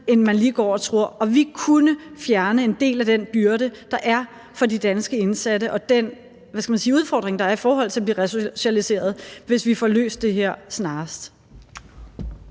end man lige går og tror, og vi kunne fjerne en del af den byrde, der er for de danske indsatte, og den – hvad skal man sige – udfordring, der er i forhold til at blive resocialiseret, hvis vi får løst det her snarest.